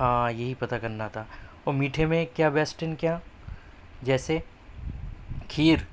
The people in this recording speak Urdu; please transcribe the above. ہاں یہی پتہ کرنا تھا اور میٹھے میں کیا بیسٹ ہے ان کے یہاں جیسے کھیر